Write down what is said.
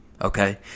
Okay